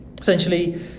Essentially